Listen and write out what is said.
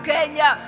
Kenya